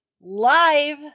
live